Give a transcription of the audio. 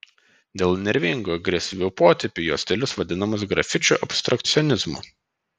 dėl nervingų agresyvių potėpių jo stilius vadinamas grafičių abstrakcionizmu